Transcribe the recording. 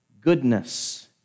goodness